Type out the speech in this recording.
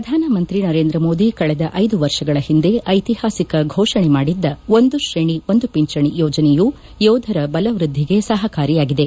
ಪ್ರಧಾನ ಮಂತ್ರಿ ನರೇಂದ್ರ ಮೋದಿ ಕಳೆದ ಐದು ವರ್ಷಗಳಲ್ಲಿ ಐತಿಹಾಸಿಕ ಘೋಷಣೆ ಮಾಡಿದ್ದ ಒಂದು ಶ್ರೇಣಿ ಒಂದು ಪಿಂಚಣಿ ಯೋಜನೆಯು ಯೋಧರ ಬಲವೃದ್ಧಿಗೆ ಸಹಕಾರಿಯಾಗಿದೆ